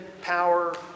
power